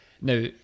Now